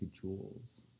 jewels